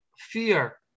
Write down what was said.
fear